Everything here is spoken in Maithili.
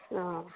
ओ